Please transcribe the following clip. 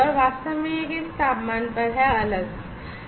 और वास्तव में यह किस तापमान पर है अलग है